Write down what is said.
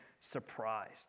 surprised